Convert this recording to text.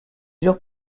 eurent